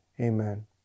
amen